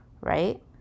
right